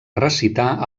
recitar